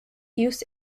use